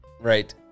right